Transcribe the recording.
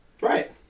Right